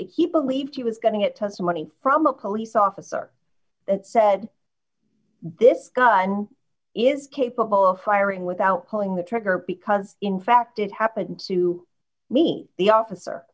he believed he was going to get testimony from a police officer that said this gun is capable of firing without pulling the trigger because in fact it happened to me the officer